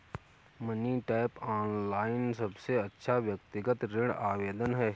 money tap, online सबसे अच्छा व्यक्तिगत ऋण आवेदन है